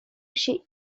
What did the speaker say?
się